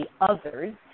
others